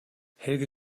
helge